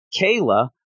Kayla